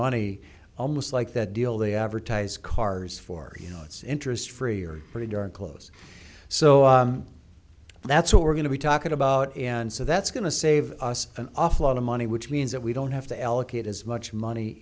money almost like that deal they advertise cars for you know it's interest free or pretty darn close so that's what we're going to be talking about and so that's going to save us an awful lot of money which means that we don't have to allocate as much money